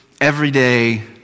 everyday